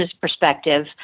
perspective